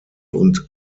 und